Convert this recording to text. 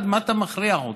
מה אתה מכריח אותם?